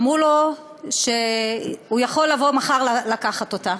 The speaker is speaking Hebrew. אמרו לו שהוא יכול לבוא מחר לקחת אותה.